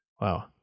wow